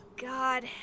God